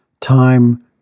time